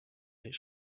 his